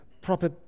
proper